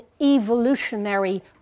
evolutionary